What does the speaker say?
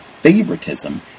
favoritism